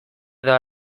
edo